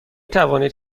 توانید